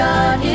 God